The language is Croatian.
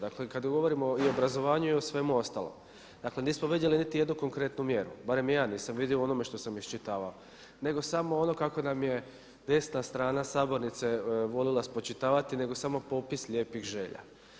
Dakle kada govorimo i o obrazovanju i svemu ostalom nismo vidjeli niti jednu konkretnu mjeru, barem ja nisam vidio u onome što sam iščitavao nego samo ono kako nam je desna strana sabornice volila spočitavati nego samo popis lijepih želja.